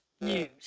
news